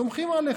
סומכים עליך,